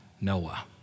Noah